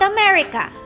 America